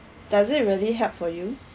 does it really help for you